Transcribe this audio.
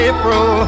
April